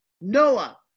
Noah